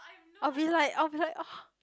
I'll be like I'll be like ah